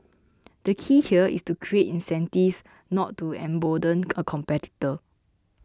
the key here is to create incentives not to embolden a competitor